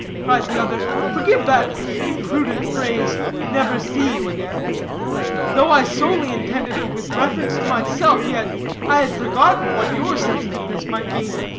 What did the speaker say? cried the other, forgive that imprudent phrase never see you again though i solely intended it with reference to myself, yet i had forgotten what your sensitiveness might be.